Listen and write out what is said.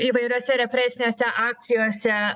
įvairiose represinėse akcijose